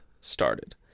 started